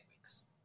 weeks